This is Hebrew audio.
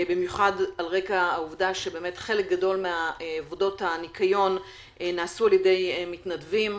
במיוחד על רקע העובדה שחלק גדול מעבודות הניקיון נעשו על ידי מתנדבים.